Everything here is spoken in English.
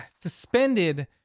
suspended